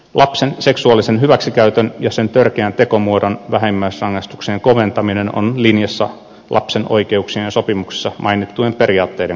lapsen seksuaalisen hyväksikäytön ja sen törkeän tekomuodon vähimmäisrangaistuksien koventaminen on linjassa lapsen oikeuksien sopimuksessa mainittujen periaatteiden kanssa